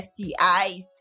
STIs